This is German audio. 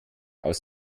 aus